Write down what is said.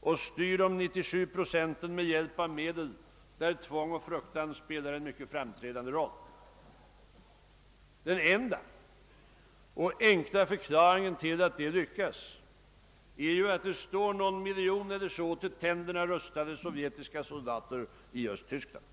och styr de 97 procenten med hjälp av medel där tvång och fruktan spelar en mycket framträdande roll. Den enda och enkla förklaringen till att detta lyckas är ju att det står någon miljon till tänderna rustade sovjetiska soldater i Östtyskland.